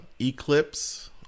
Eclipse